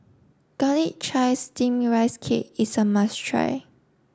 garlic chives steamed rice cake is a must try